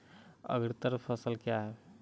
अग्रतर फसल क्या हैं?